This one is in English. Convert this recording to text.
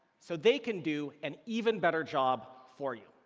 so they can do an even better job for you.